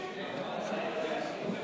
התורה וקבוצת סיעת ש"ס לסעיף 3 לא נתקבלה.